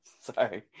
sorry